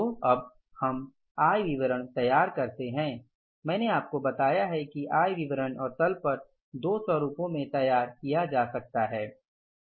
तो अब हम आय विवरण तैयार करते हैं मैंने आपको बताया है कि आय विवरण और तल पट दो स्वरूपों में तैयार कीया जा सकता है